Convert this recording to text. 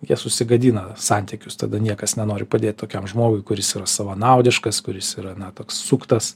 jie susigadina santykius tada niekas nenori padėt tokiam žmogui kuris yra savanaudiškas kuris yra na toks suktas